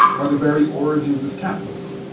are the very origins of capitalism.